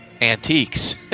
antiques